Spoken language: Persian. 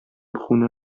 خونه